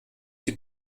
die